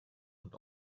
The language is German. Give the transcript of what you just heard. und